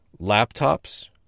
laptops